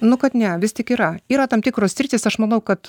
nu kad ne vis tik yra yra tam tikros sritys aš manau kad